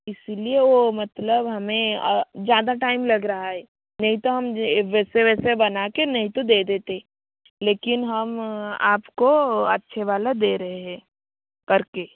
इसलिए वो मतलब हमें ज़्यादा टाइम लग रहा है नहीं तो हम जैसे वैसे बना के नहीं तो दे देते लेकिन हम आपको अच्छे वाला दे रहे हैं करके